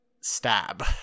stab